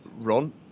Ron